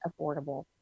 affordable